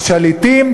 השליטים,